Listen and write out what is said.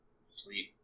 Sleep